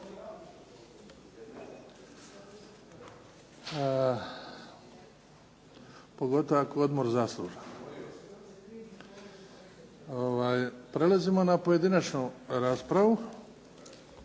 pogotovo ako je odmor zaslužan. Prelazimo na pojedinačnu raspravu.